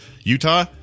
utah